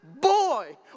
boy